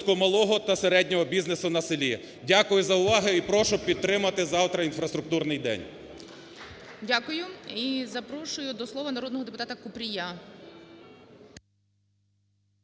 Дякую за увагу і прошу підтримати завтра інфраструктурний день.